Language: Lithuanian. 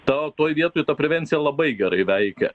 ta toj vietoj ta prevencija labai gerai veikia